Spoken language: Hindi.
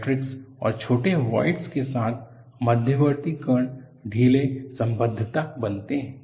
मैट्रिक्स और छोटे वॉइडस के साथ मध्यवर्ती कण ढीले सम्बद्धता बनते हैं